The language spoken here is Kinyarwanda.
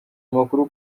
amakuru